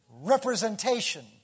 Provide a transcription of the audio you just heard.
representation